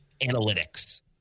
Analytics